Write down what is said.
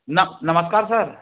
नमस्कार सर